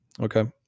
Okay